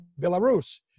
Belarus